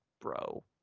bro